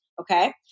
okay